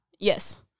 Yes